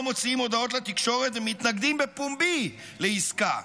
מוציאים הודעות לתקשורת ומתנגדים בפומבי לעסקה,